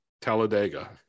Talladega